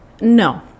no